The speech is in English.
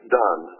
done